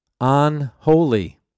Unholy